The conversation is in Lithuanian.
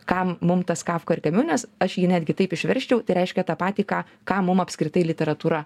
kam mum tas kafka ir kamiu nes aš jį netgi taip išversčiau tai reiškia tą patį ką kam mum apskritai literatūra